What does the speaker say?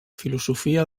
filosofia